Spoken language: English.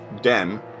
den